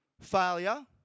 failure